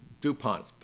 dupont